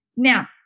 Now